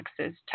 Texas